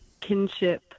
kinship